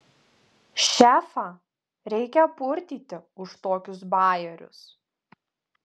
šefą reikia purtyti už tokius bajerius